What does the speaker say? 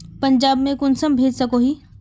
पंजाब में कुंसम भेज सकोही?